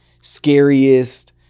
scariest